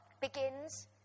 begins